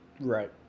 right